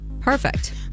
Perfect